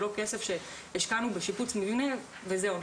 ולא שכסף שהשקענו בשיפוץ מבנה וזהו,